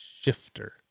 shifter